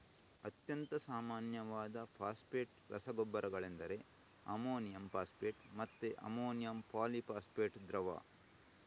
ಅತ್ಯಂತ ಸಾಮಾನ್ಯವಾದ ಫಾಸ್ಫೇಟ್ ರಸಗೊಬ್ಬರಗಳೆಂದರೆ ಅಮೋನಿಯಂ ಫಾಸ್ಫೇಟ್ ಮತ್ತೆ ಅಮೋನಿಯಂ ಪಾಲಿ ಫಾಸ್ಫೇಟ್ ದ್ರವ